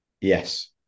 yes